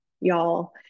Y'all